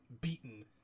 beaten